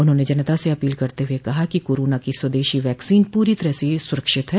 उन्होंने जनता से अपील करते हुए कहा कि कोरोना की स्वदेशी वैक्सीन पूरी तरह से सुरक्षित है